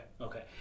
Okay